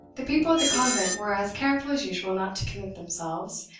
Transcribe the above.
the people at the convent were as careful as usual not to commit themselves.